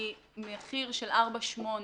ממחיר של 4.8 שקל